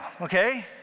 okay